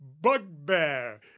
bugbear